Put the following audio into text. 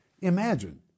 Imagine